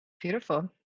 beautiful